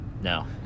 No